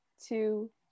two